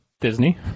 Disney